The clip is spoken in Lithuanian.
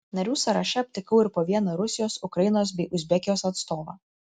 narių sąraše aptikau ir po vieną rusijos ukrainos bei uzbekijos atstovą